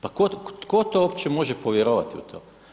Pa tko to uopće može povjerovati u to?